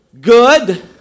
Good